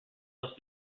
must